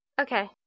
Okay